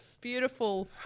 beautiful